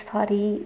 Sorry